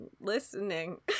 listening